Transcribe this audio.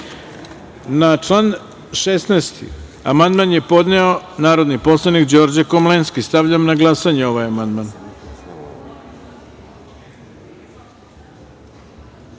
član 71. amandman je podneo narodni poslanik Đorđe Komlenski. Stavljam na glasanje ovaj amandman. Molim